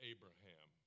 Abraham